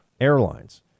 Airlines